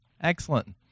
Excellent